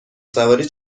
سواری